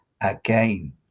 again